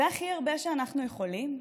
זה הכי הרבה שאנחנו יכולים?